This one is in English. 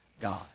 God